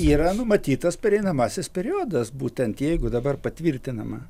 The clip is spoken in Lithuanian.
yra numatytas pereinamasis periodas būtent jeigu dabar patvirtinama